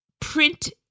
print